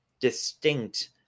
distinct